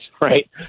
right